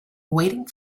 waiting